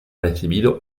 recibido